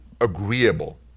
agreeable